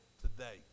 today